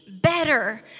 better